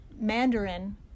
Mandarin